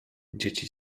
dzieci